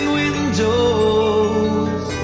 windows